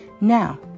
Now